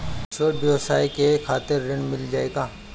छोट ब्योसाय के खातिर ऋण मिल जाए का?